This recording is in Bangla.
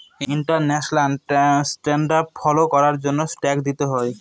ইন্টারন্যাশনাল স্ট্যান্ডার্ড ফলো করার জন্য ট্যাক্স দিতে হয়